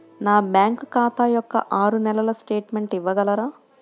నా బ్యాంకు ఖాతా యొక్క ఆరు నెలల స్టేట్మెంట్ ఇవ్వగలరా?